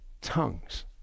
Tongues